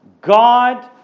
God